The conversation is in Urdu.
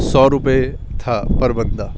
سو روپے تھا پر بندہ